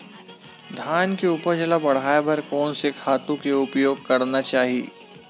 धान के उपज ल बढ़ाये बर कोन से खातु के उपयोग करना चाही?